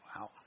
Wow